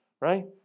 right